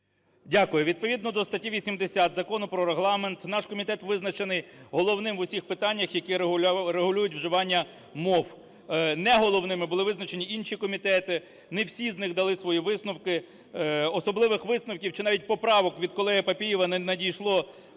Дякую. Відповідно до статті 80 Закону про Регламент, наш комітет визначений головним в усіх питаннях, які регулюють вживання мов. Не головними були визначені інші комітети, не всі з них дали свої висновки, особливих висновків чи навіть поправок від колеги Папієва не надійшло